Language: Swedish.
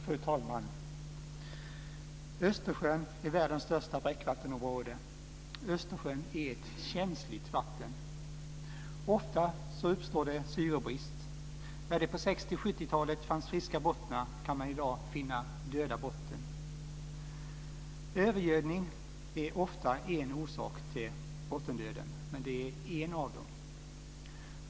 Fru talman! Östersjön är världens största bräckvattenområde. Östersjön är ett känsligt vatten. Ofta uppstår det syrebrist. Där det på 60 och 70-talet fanns friska bottnar kan man i dag finna död botten. Övergödning är ofta en orsak till bottendöden, men det är bara en av dem.